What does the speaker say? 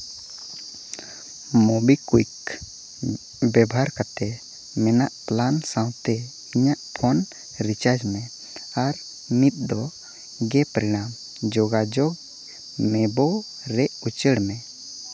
ᱢᱳᱵᱤᱠᱩᱭᱤᱠ ᱵᱮᱵᱷᱟᱨ ᱠᱟᱛᱮᱫ ᱢᱮᱱᱟᱜ ᱯᱞᱟᱱ ᱥᱟᱶᱛᱮ ᱤᱧᱟᱹᱜ ᱯᱷᱳᱱ ᱨᱤᱪᱟᱨᱡᱽ ᱢᱮ ᱟᱨ ᱱᱤᱛ ᱫᱚ ᱜᱮᱯ ᱨᱮᱱᱟᱝ ᱡᱚᱜᱟᱡᱳᱜᱽ ᱱᱮᱭᱵᱳ ᱨᱮ ᱩᱪᱟᱹᱲ ᱢᱮ